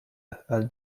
għal